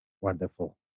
Wonderful